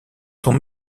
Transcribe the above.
sont